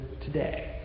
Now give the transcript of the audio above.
today